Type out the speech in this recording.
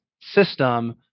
system